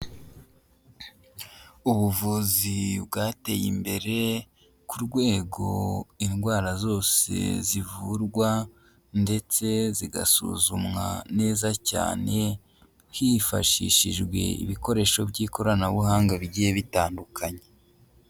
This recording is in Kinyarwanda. Ubuvuzi bwateye imbere ku rwego indwara zose zivurwa ndetse zigasuzumwa neza cyane hifashishijwe ibikoresho by'ikoranabuhanga bigiye bitandukanye.